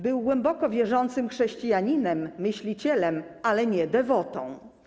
Był głęboko wierzącym chrześcijaninem, myślicielem, ale nie dewotą.